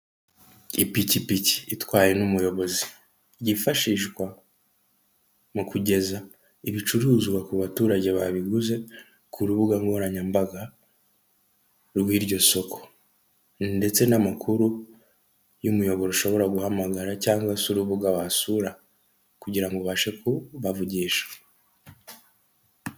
Inyubako nini baragaragaza ko iherereye Kibagabaga Kigali kandi barerekana ko iri kugurishwa amadolari ibihumbi ijana na mirongo itatu na bitanu iki ni ikintu gishyirwa ku nzu cyangwa se gishyirwa ahantu umuntu ari kugurisha agamije ko abantu babona icyo agambiriye cyangwa se bamenya ko niba agiye kugurisha bamenya agaciro , igenagaciro ry'icyo kintu ashaka kugurisha .